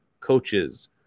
coaches